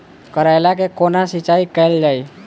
करैला केँ कोना सिचाई कैल जाइ?